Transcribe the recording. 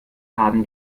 haben